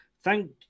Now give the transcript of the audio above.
Thank